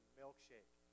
milkshake